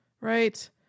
Right